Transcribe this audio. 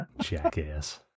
Jackass